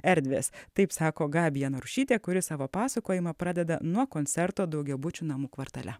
erdvės taip sako gabija narušytė kuri savo pasakojimą pradeda nuo koncerto daugiabučių namų kvartale